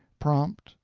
prompt,